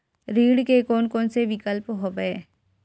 ऋण के कोन कोन से विकल्प हवय?